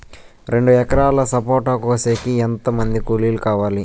రెండు ఎకరాలు సపోట కోసేకి ఎంత మంది కూలీలు కావాలి?